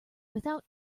without